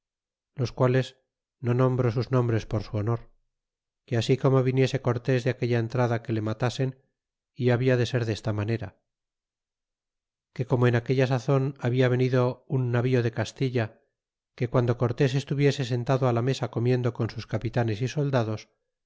los quales no nombro sus nombres por su honor que así como viniese cortés de aquella entrada que le matasen y habia de ser desta manera que como en aquella sazon babia venido un navío de castilla que cuando cortés estuviese sentado á la mesa comiendo con sus capitanes é soldados